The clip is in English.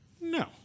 no